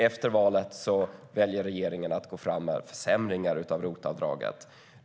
Efter valet väljer regeringen att gå fram med försämringar av ROT-avdraget.